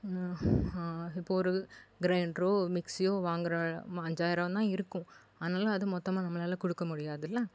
இப்போ ஒரு க்ரைண்ட்ரோ மிக்ஸியோ வாங்குறோம் அஞ்சாயிரந்தான் இருக்கும் அதனால் அது மொத்தமாக நம்மளால் கொடுக்க முடியாதில்ல